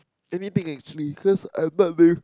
anything actually because I bud with